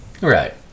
right